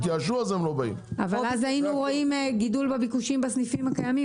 אז היינו רואים גידול בביקושים בסניפים הקיימים